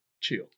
Chill